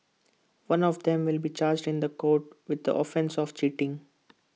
one of them will be charged in court with the offence of cheating